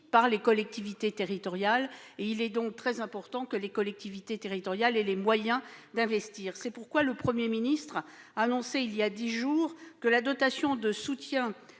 par les collectivités territoriales. Il est par conséquent très important que ces dernières aient les moyens d'investir. C'est pourquoi le Premier ministre a annoncé il y a dix jours que la dotation de soutien